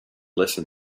listen